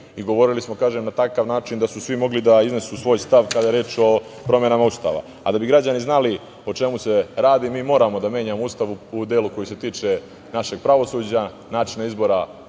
i govorili smo na takav način da su svi mogli da iznesu svoj stav kada je reč o promenama Ustava. Da bi građani znali o čemu se radi, mi moramo da menjamo Ustav u delu koji se tiče našeg pravosuđa, načina izbora